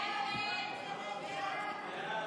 43 בעד,